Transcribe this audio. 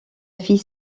fille